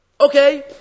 Okay